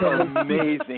amazing